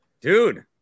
dude